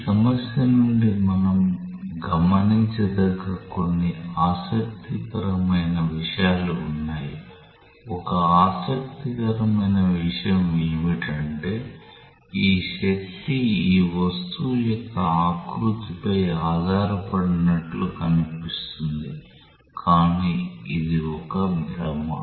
ఈ సమస్య నుండి మనం గమనించదగ్గ కొన్ని ఆసక్తికరమైన విషయాలు ఉన్నాయి ఒక ఆసక్తికరమైన విషయం ఏమిటంటే ఈ శక్తి ఈ వస్తువు యొక్క ఆకృతిపై ఆధారపడనట్లు కనిపిస్తుంది కానీ అది ఒక భ్రమ